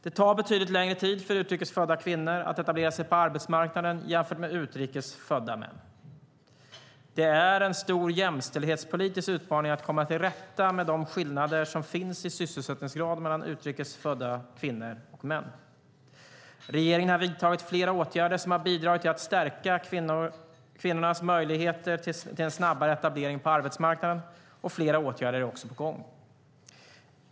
Det tar betydligt längre tid för utrikes födda kvinnor att etablera sig på arbetsmarknaden jämfört med för utrikes födda män. Det är en stor jämställdhetspolitisk utmaning att komma till rätta med de skillnader som finns i sysselsättningsgrad mellan utrikes födda kvinnor och män. Regeringen har vidtagit flera åtgärder som har bidragit till att stärka kvinnornas möjligheter till en snabbare etablering på arbetsmarknaden, och flera åtgärder är också på gång.